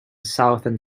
southern